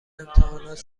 امتحانات